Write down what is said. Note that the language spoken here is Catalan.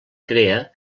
crea